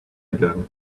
again